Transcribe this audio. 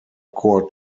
core